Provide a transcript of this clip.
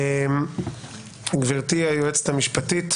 גברתי היועצת המשפטית,